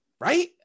Right